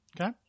Okay